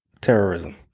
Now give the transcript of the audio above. terrorism